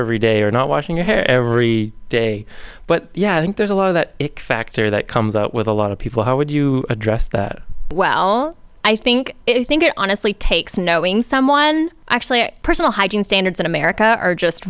every day or not washing your hair every day but yeah i think there's a lot of that factor that comes out with a lot of people how would you address that well i think if you think it honestly takes knowing someone actually personal hygiene standards in america are just